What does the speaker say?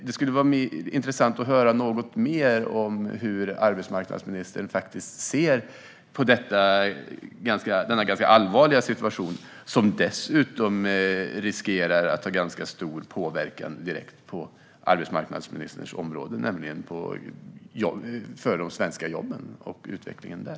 Det skulle vara intressant att höra något mer om hur arbetsmarknadsministern ser på denna ganska allvarliga situation, som dessutom riskerar att ha ganska stor påverkan direkt på arbetsmarknadsministerns område, nämligen de svenska jobben och utvecklingen där.